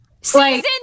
season